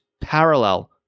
parallel